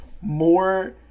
more